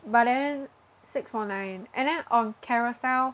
but then six four nine and then on Carousell